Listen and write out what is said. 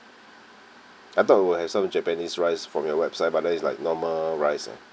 I thought we will have some japanese rice from your website but then it's like normal rice eh